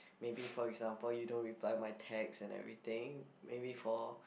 maybe for example you don't reply my text and everything maybe for